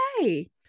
hey